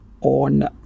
on